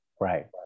right